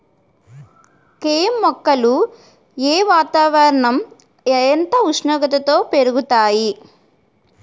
కెమ్ మొక్కలు ఏ వాతావరణం ఎంత ఉష్ణోగ్రతలో పెరుగుతాయి?